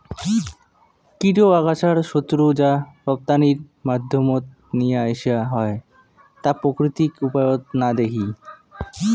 কীট ও আগাছার শত্রুক যা রপ্তানির মাধ্যমত নিয়া আইসা হয় তাক প্রাকৃতিক উপায়ত না দেখি